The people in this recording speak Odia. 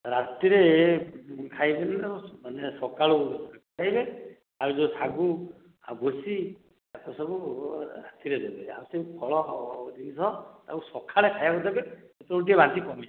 ରାତିରେ ଖାଇବେନି ତ ମାନେ ସକାଳୁ ଖାଇବେ ଆଉ ଯୋଉ ଶାଗୁ ଆଉ ଭୁଷି ତାକୁ ସବୁ ରାତିରେ ଦେବେ ଆଉ ସେ ଫଳ ଜିନିଷ ତାକୁ ସକାଳେ ଖାଇବାକୁ ଦେବେ ସେତେବେଳକୁ ଟିକେ ବାନ୍ତି କମି ଯାଇଥିବ